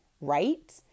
right